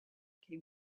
came